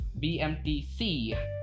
BMTC